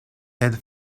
elle